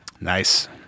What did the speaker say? Nice